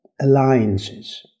alliances